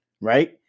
right